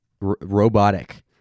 robotic